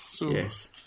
Yes